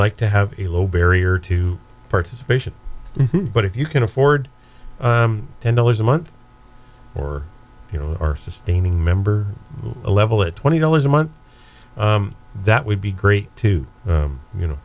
like to have a low barrier to participation but if you can afford ten dollars a month or you know or sustaining member a level of twenty dollars a month that would be great too you know